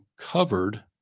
covered